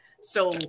So-